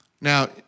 Now